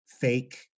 fake